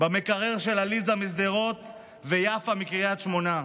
במקרר של עליזה משדרות ויפה מקריית שמונה?